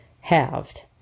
halved